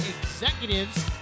Executives